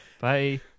bye